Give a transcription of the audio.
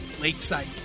Lakeside